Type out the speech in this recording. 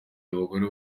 abagore